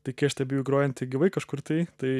tai kai aš stebiu jį grojantį gyvai kažkur tai tai